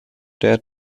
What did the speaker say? der